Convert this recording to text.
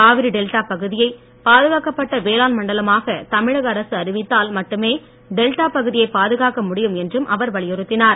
Kaveri delta பகுதியை பாதுகாக்கப்பட்ட வேளாண் மண்டலமாக தமிழக அரசு அறிவித்தால் மட்டுமே டெல்டா பகுதியை பாதுகாக்க முடியும் என்றும் அவர் வலியுறுத்தினார்